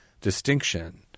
distinction